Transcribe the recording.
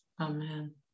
Amen